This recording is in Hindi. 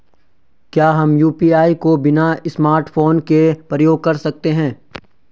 क्या हम यु.पी.आई को बिना स्मार्टफ़ोन के प्रयोग कर सकते हैं?